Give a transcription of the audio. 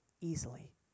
easily